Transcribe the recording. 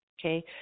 okay